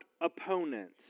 opponents